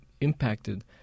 impacted